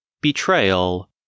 betrayal